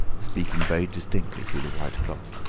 speaking very distinctly through the white cloth.